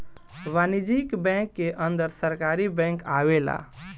वाणिज्यिक बैंक के अंदर सरकारी बैंक आवेला